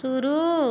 शुरू